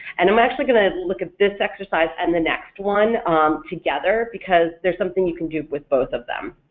and i'm actually going to look at this exercise and the next one together because there's something you can do with both of them.